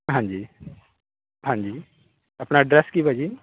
ਹਾਂਜੀ ਜੀ ਹਾਂਜੀ ਜੀ ਆਪਣਾ ਅਡਰੈਸ ਕੀ ਭਾਅ ਜੀ